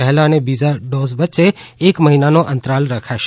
પહેલા અને બીજા ડોઝ વચ્ચે એક મહિનાનો અંતરાલ રખાશે